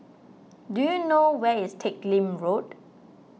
do you know where is Teck Lim Road